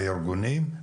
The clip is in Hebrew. הארגונים,